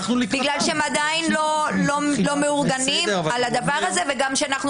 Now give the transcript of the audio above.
בגלל שהם עדיין לא מאורגנים על הדבר הזה וגם שאנחנו